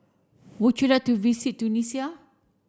would you like to visit Tunisia